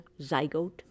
zygote